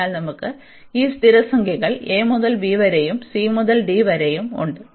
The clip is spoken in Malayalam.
അതിനാൽ നമുക്ക് ഈ സ്ഥിര സംഖ്യകൾ a മുതൽ b വരെയും c മുതൽ d വരെയും ഉണ്ട്